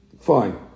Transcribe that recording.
Fine